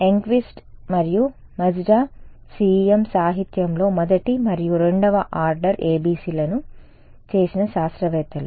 Engqvist మరియు Majda CEM సాహిత్యంలో మొదటి మరియు రెండవ ఆర్డర్ ABC లను చేసిన శాస్త్రవేత్తలు